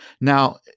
Now